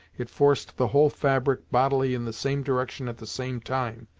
it forced the whole fabric bodily in the same direction at the same time,